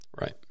right